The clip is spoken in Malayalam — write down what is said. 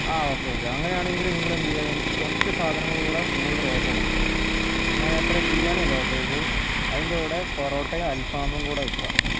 ആ ഓക്കെ ഓക്കെ അങ്ങനെയാണെങ്കിൽ നിങ്ങളെന്ത് ചെയ്യുക എനിക്ക് കുറച്ച് സാധനങ്ങൾ കൂടി കൂടുതൽ ഓർഡർ ചെയ്യണം ഞാൻ നേരത്തെ ബിരിയാണി അല്ലെ ഓർഡർ ചെയ്തത് അതിൻ്റെ കൂടെ പൊറോട്ടയും അൽഫാമും കൂടി വയ്ക്കുക